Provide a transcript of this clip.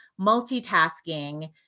multitasking